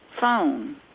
phone